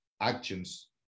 actions